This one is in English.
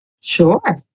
Sure